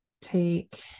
take